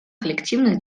коллективных